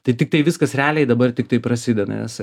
tai tiktai viskas realiai dabar tiktai prasideda nes